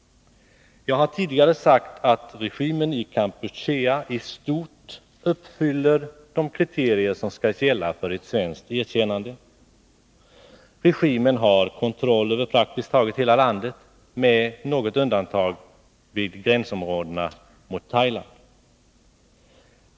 Jag har tidigare sagt att regimen i Kampuchea i stort uppfyller de kriterier som skall gälla för ett svenskt erkännande. Regimen har kontroll över praktiskt taget hela landet med något undantag vid gränsområdena mot Thailand.